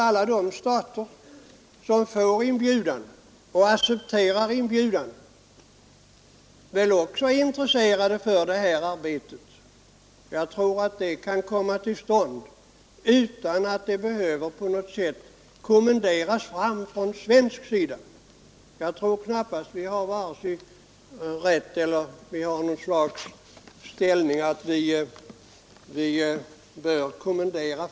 Alla de stater som får en inbjudan och också accepterar en sådan är säkert intresserade för detta arbete, och jag tror att det kan komma till stånd utan att det på något sätt behöver kommenderas fram från svensk sida. Jag vet inte om vi vare sig har rätt därtill eller sådan ställning att vi kan kommendera.